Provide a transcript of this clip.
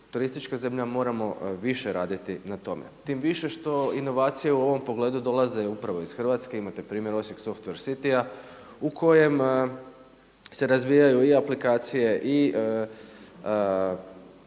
turistička zemlja moramo više raditi na tome. Tim više što inovacije u ovom pogledu dolaze upravo iz Hrvatske. Imate primjer Osijek software citya u kojem se razvijaju i aplikacije i